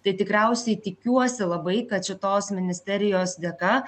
tai tikriausiai tikiuosi labai kad šitos ministerijos dėka